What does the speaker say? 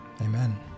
amen